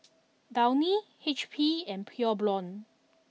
Downy H P and Pure Blonde